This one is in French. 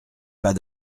pas